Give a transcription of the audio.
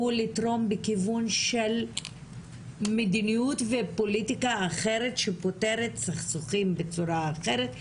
הוא לתרום בכיוון של מדיניות ופוליטיקה אחרת שפותרת סכסוכים בצורה אחרת,